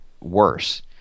worse